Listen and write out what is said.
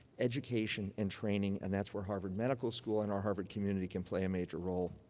education and training. and that's where harvard medical school and our harvard community can play a major role.